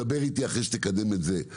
דבר איתי אחרי שתקדם את זה.